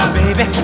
baby